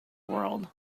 world